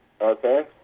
Okay